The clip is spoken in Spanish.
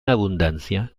abundancia